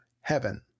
heaven